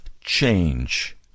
change